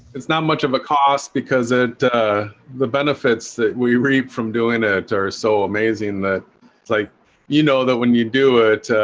it's not much of a cost because of ah the benefits that we reap from doing it or so amazing that it's like you know that when you do it